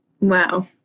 Wow